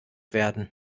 werden